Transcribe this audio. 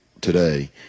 today